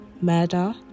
murder